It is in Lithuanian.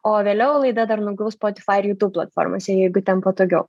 o vėliau laida dar nuguls spotifai ir jutūb platformose jeigu ten patogiau